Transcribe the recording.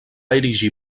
erigir